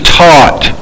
taught